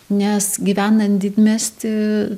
nes gyvenant didmiesty